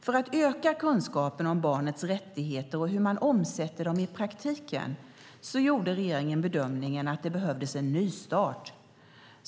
För att öka kunskapen om barnets rättigheter och hur man omsätter dem i praktiken gjorde regeringen bedömningen att det behövdes en nystart.